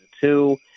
two